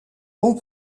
bons